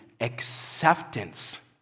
acceptance